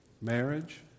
marriage